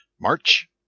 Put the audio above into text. March